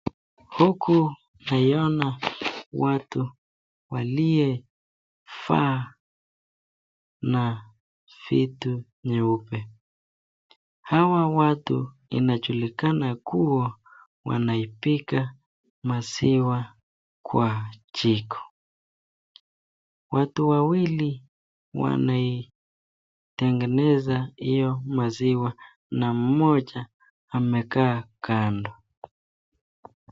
huku naiona watu walie vaa na vitu na nyeupe. Hawa watu inajulikana kuwa wanapika maziwa kwa jiko. Watu wawili wanaitengeneza hiyo maziwa na mmoja amekaa kando.